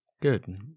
Good